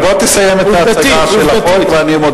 בוא תסיים את ההצגה של החוק, ואני מודה לך.